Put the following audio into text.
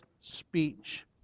speech